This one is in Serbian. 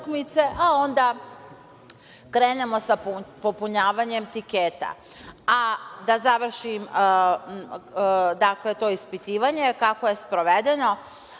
a onda krenemo sa popunjavanjem tiketa. Da završim, dakle, to ispitivanje kako je sprovedeno,